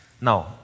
Now